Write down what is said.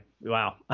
Wow